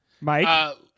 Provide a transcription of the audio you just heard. Mike